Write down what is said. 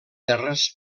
terres